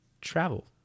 travel